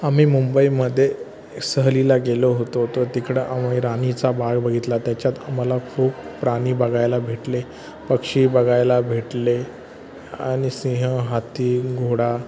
आम्ही मुंबईमध्ये सहलीला गेलो होतो तर तिकडं आम्ही राणीचा बाग बघितला त्याच्यात आम्हाला खूप प्राणी बघायला भेटले पक्षी बघायला भेटले आणि सिंह हत्ती घोडा